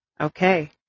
Okay